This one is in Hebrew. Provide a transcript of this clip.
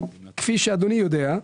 כפי שאדוני יודע,